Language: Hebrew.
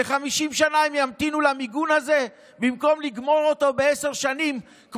ש-50 שנה הם ימתינו למיגון הזה במקום לגמור אותו בעשר שנים,